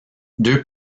deux